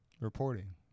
reporting